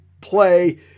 play